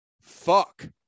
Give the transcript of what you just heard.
fuck